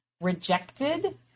rejected